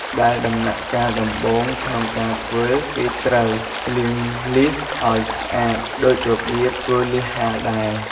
ដែលដំណាក់កាលដំបូងក្នុងការធ្វើគេត្រូវ លាងលៀសឱ្យស្អាតដូចរបៀបធ្វើលៀសហាលដែរ។